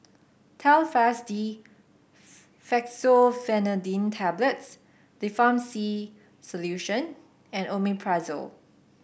Telfast D Fexofenadine Tablets Difflam C Solution and Omeprazole